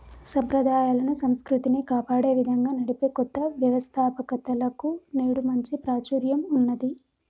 సంప్రదాయాలను, సంస్కృతిని కాపాడే విధంగా నడిపే కొత్త వ్యవస్తాపకతలకు నేడు మంచి ప్రాచుర్యం ఉన్నది